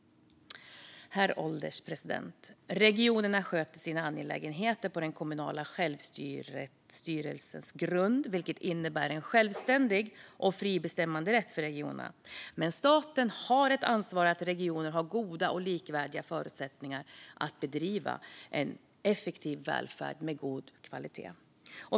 Herr ålderspresident! Regionerna sköter sina angelägenheter på den kommunala självstyrelsens grund, vilket innebär en självständig och fri bestämmanderätt för regionerna. Men staten har ett ansvar för att regioner har goda och likvärdiga förutsättningar att bedriva en effektiv välfärd med god kvalitet.